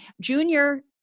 junior